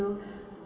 still